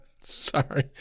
Sorry